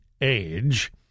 age